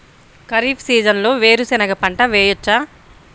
ఖరీఫ్ సీజన్లో వేరు శెనగ పంట వేయచ్చా?